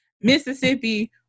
Mississippi